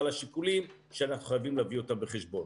השיקולים שאנחנו חייבים להביא אותם בחשבון.